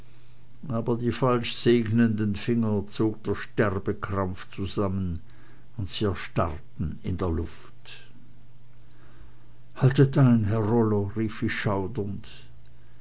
aber die falsch segnenden finger zog der sterbekrampf zusammen und sie erstarrten in der luft haltet ein herr rollo rief ich schaudernd